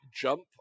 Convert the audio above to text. jump